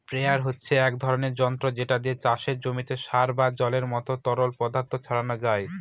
sprayer হচ্ছে এক ধরণের যন্ত্র যেটা দিয়ে চাষের জমিতে সার বা জলের মত তরল পদার্থ ছড়ানো যায়